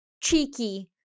cheeky